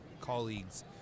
colleagues